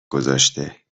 گذاشته